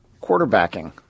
quarterbacking